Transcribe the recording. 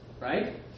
Right